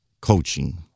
coaching